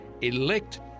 elect